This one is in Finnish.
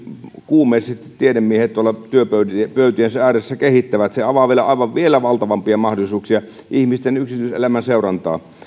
kuumeisesti tiedemiehet tuolla työpöytiensä ääressä kehittävät se avaa vielä valtavampia mahdollisuuksia ihmisten yksityiselämän seurantaan